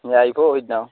সি আহিব সিদিনা